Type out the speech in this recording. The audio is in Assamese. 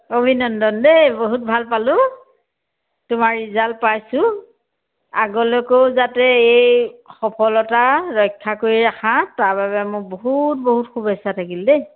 অভিনন্দন দেই বহুত ভাল পালোঁ তোমাৰ ৰিজাল্ট পাইছোঁ আগলৈকেও যাতে এই সফলতা ৰক্ষা কৰি ৰাখা তাৰ বাবে মোক বহুত বহুত শুভেচ্ছা থাকিল দেই